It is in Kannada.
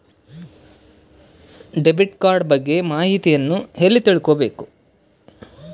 ಡೆಬಿಟ್ ಕಾರ್ಡ್ ಬಗ್ಗೆ ಮಾಹಿತಿಯನ್ನ ಎಲ್ಲಿ ತಿಳ್ಕೊಬೇಕು?